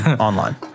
online